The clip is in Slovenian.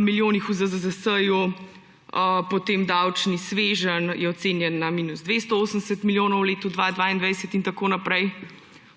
milijonih v ZZZS, potem davčni sveženj je ocenjen na minus 280 milijonov v letu 2022 in tako naprej.